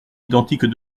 identiques